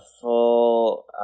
full